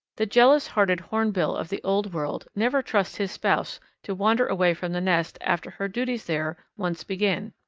the jealous-hearted hornbill of the old world never trusts his spouse to wander away from the nest after her duties there once begin.